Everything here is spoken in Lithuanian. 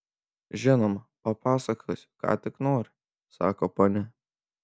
žinoma papasakosiu ką tik nori sako ponia